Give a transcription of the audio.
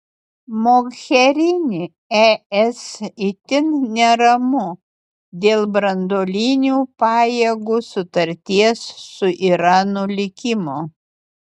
mogherini es itin neramu dėl branduolinių pajėgų sutarties su iranu likimo